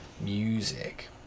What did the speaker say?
music